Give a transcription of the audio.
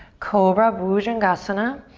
cobra, bhujangasana.